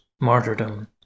martyrdom